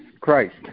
Christ